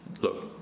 Look